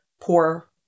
poor